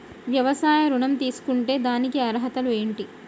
వ్యవసాయ ఋణం తీసుకుంటే దానికి అర్హతలు ఏంటి?